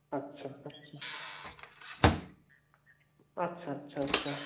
আচ্ছা আচ্ছা আচ্ছা আচ্ছা আচ্ছা